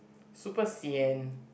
super sian